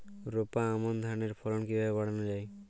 রোপা আমন ধানের ফলন কিভাবে বাড়ানো যায়?